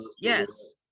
yes